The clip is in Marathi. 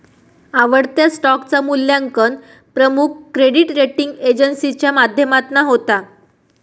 आवडत्या स्टॉकचा मुल्यांकन प्रमुख क्रेडीट रेटींग एजेंसीच्या माध्यमातना होता